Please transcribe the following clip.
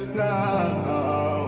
now